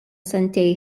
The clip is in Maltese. sentejn